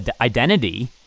identity